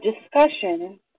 discussion